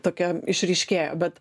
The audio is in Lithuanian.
tokia išryškėjo bet